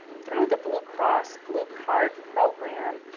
through the blue cross bluecard program,